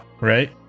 right